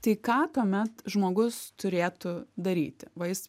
tai ką tuomet žmogus turėtų daryti va jis